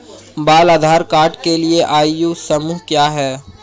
बाल आधार कार्ड के लिए आयु समूह क्या है?